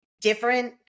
different